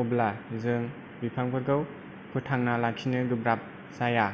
अब्ला जों बिफांफोरखौ फोथांना लाखिनो गोब्राब जाया